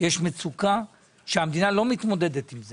יש מצוקה שהמדינה לא מתמודדת איתה.